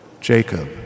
Jacob